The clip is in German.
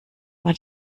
war